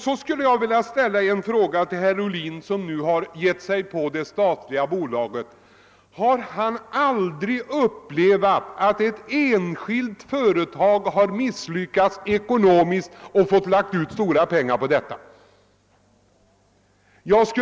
Så skulle jag vilja ställa en fråga till herr Ohlin, som nu har angripit det statliga bolaget: Har herr Ohlin aldrig upplevat att ett enskilt företag har lagt ned stora pengar på ett projekt och sedan misslyckats ekonomiskt?